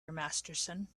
masterson